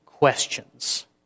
questions